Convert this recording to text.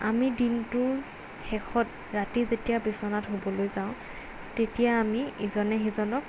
আমি দিনটোৰ শেষত ৰাতি যেতিয়া বিচনাত শুবলৈ যাওঁ তেতিয়া আমি ইজনে সিজনক